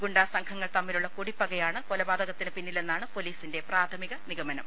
ഗുണ്ടാ സംഘ ങ്ങൾ തമ്മിലുള്ള കുടിപ്പകയാണ് കൊലപാതകത്തിന് പിന്നിലെന്നാണ് പൊലീസിന്റെ പ്രാഥമിക നിഗമനം